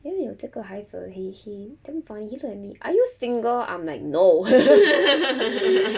then 有这个孩子 he he damn funny he look at me are you single I'm like no